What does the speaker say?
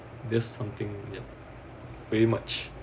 there's something ya pretty much